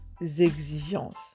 exigences